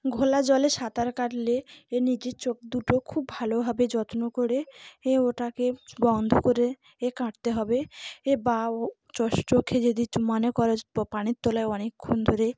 ঘোলা জলে সাঁতার কাটলে এ নিজের চোখ দুটো খুব ভালোভাবে যত্ন করে এ ওটাকে বন্ধ করে এ কাটতে হবে এ বা ও চশ ও চোখে যদি মনে করো পানির তলায় অনেকক্ষণ ধরে